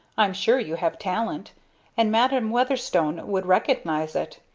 i'm sure you have talent and madam weatherstone would recognize it.